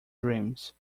dreams